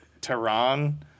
Tehran